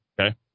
Okay